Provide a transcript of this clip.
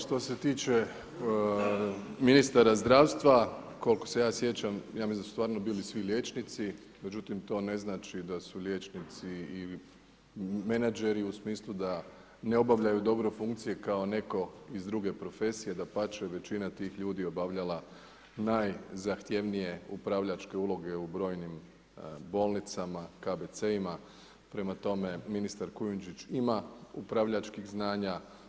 Što se tiče ministara zdravstva, koliko se ja sjećam, ja mislim da su stvarno bili svi liječnici, međutim, to ne znači da su liječnici ili menadžeri u smislu da ne obavljaju dobro funkcije kao netko iz druge profesije, dapače većina tih ljudi je obavljala, najzahtjevnije upravljačke uloge u brojnim bolnicama, KBC-ima prema tome, ministar Kujundžić ima upravljačkih znanja.